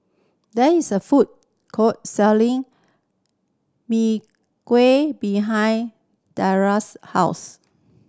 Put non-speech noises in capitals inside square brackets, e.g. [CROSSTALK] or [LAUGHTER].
there is a food court selling Mee Kuah behind [UNINTELLIGIBLE] house